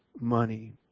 money